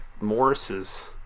Morris's